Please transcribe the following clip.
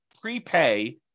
prepay